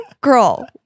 Girl